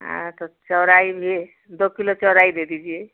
हाँ तो चौराई भी दो किलो चौराई दे दीजिए